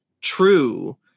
true